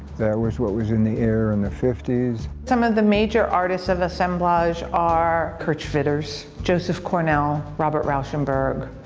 that was what was in the air in the fifty s. some of the major artists of assemblage are kurt schwitters, joseph cornell, robert rauschenberg,